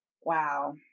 wow